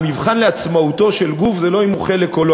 המבחן לעצמאותו של גוף זה לא אם הוא חלק או לא.